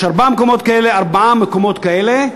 יש ארבעה מקומות כאלה,